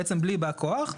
בעצם בלי בא כוח,